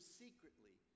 secretly